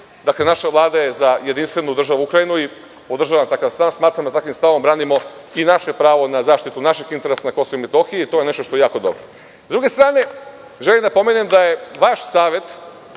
Dakle, naša Vlada je za jedinstvenu državu Ukrajinu i podržavam takav stav. Smatram da takvim stavom branimo i naše pravo na zaštitu naših interesa na Kosovu i Metohiji i to je nešto što je jako dobro.S druge strane, želim da pomenem da je vaš Savet